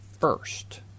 first